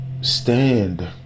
stand